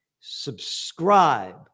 Subscribe